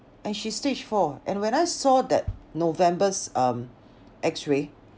and she's stage four and when I saw that november's um x-ray